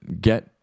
get